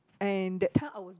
and that time I was